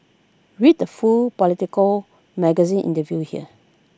read the full Politico magazine interview here